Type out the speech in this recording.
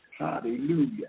Hallelujah